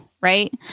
right